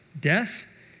death